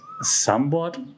somewhat